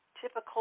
typical